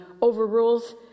overrules